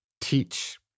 teach